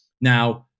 Now